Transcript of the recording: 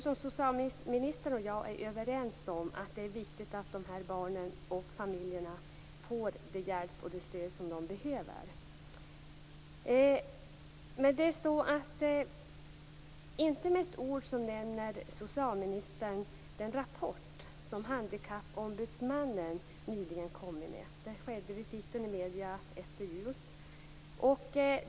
Socialministern och jag är ju överens om att det är viktigt att de här barnen och familjerna får den hjälp och det stöd som de behöver. Inte med ett ord nämner socialministern den rapport som Handikappombudsmannen nyligen lagt fram. Den lämnades till medierna efter jul.